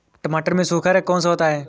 टमाटर में सूखा रोग कौन सा होता है?